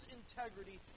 integrity